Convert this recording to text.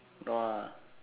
no ah